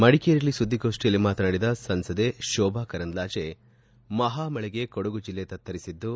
ಮಡಿಕೇರಿಯಲ್ಲಿ ಸುದ್ವಿಗೋಷ್ಠಿಯಲ್ಲಿ ಮಾತನಾಡಿದ ಸಂಸದೆ ಶೋಭಾ ಕರಂದ್ನಾಜೆ ಮಹಾ ಮಳೆಗೆ ಕೊಡಗು ಜಿಲ್ಲೆ ತತ್ತರಿಸಿದ್ದು